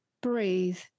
breathe